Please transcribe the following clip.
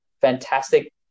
fantastic